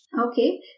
Okay